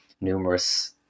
numerous